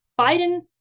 Biden